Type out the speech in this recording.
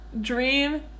Dream